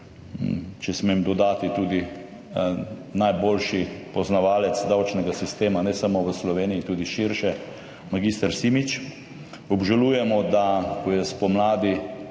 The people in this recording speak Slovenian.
če smem dodati tudi najboljši poznavalec davčnega sistema, ne samo v Sloveniji, tudi širše, mag. Simič. Obžalujemo pa, da je tokratna